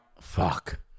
fuck